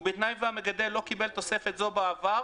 ובתנאי והמגדל לא קיבל תוספת זו בעבר,